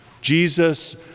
Jesus